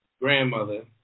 grandmother